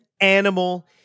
animal